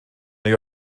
neu